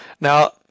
Now